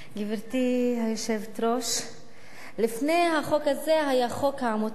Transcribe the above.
גברתי היושבת-ראש, לפני החוק הזה היה חוק העמותות.